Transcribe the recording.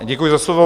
Děkuji za slovo.